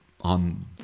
On